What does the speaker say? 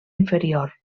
inferior